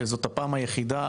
זאת הפעם היחידה,